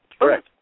Correct